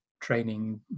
training